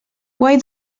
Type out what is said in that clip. why